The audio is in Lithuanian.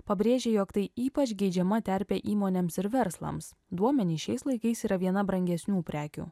pabrėžia jog tai ypač geidžiama terpė įmonėms ir verslams duomenys šiais laikais yra viena brangesnių prekių